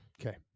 Okay